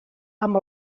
amb